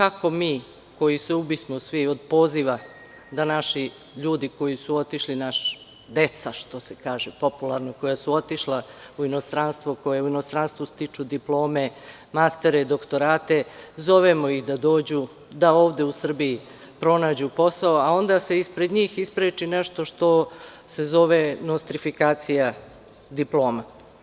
Tako mi koji se ubismo od poziva da naši ljudi koji su otišli, naša deca, što se kaže popularno, koja su otišla u inostranstvo, koja u inostranstvu stiču diplome, mastere, doktorate, zovemo ih da dođu, da ovde u Srbiji pronađu posao, a onda se ispred njih ispreči nešto što sezove – nostrifikacija diploma.